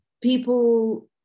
people